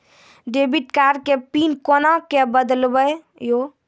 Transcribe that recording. Debit card के PIN कोना के बदलबै यो?